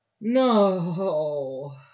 no